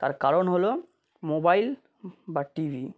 তার কারণ হলো মোবাইল বা টিভি